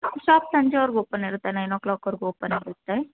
shop ಸಂಜೆವರೆಗೂ open ಇರುತ್ತೆ nine ಓ ಕ್ಲಾಕ್ವರೆಗೂ ಓಪನ್ ಇರುತ್ತೆ